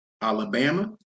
Alabama